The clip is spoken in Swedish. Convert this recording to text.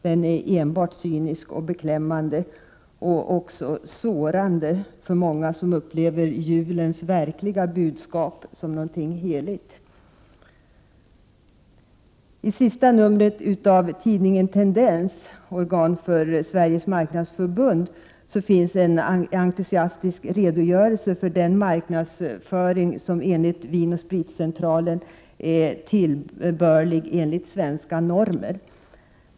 Den är enbart cynisk och beklämmande samt också sårande för många som upplever julens verkliga budskap som något heligt. I det senaste numret av tidningen Tendens, organ för Sveriges marknadsförbund, finns en entusiastisk redogörelse för den marknadsföring som enligt Vin & Spritcentralen är tillbörlig med hänsyn till svenska normer.